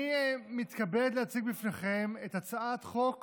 אני מתכבד להציג בפניכם את הצעת חוק